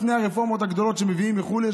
לפני הרפורמות הגדולות שמביאים מחו"ל,